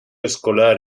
escolar